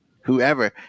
whoever